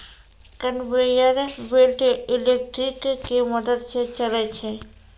conveyor belt electric के मदद स चलै छै